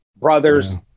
brothers